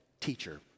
teacher